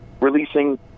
releasing